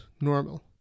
normal